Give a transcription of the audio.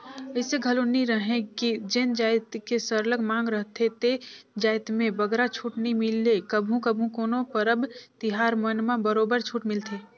अइसे घलो नी रहें कि जेन जाएत के सरलग मांग रहथे ते जाएत में बगरा छूट नी मिले कभू कभू कोनो परब तिहार मन म बरोबर छूट मिलथे